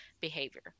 behavior